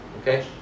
Okay